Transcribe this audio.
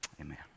Amen